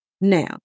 Now